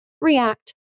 react